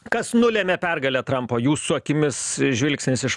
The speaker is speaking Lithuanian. kas nulėmė pergalę trampo jūsų akimis žvilgsnis iš